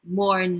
more